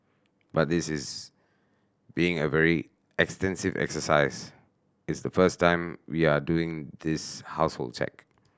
but this is being a very extensive exercise it's the first time we are doing this household check